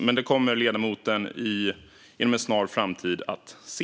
Men det kommer ledamoten inom en snar framtid att se.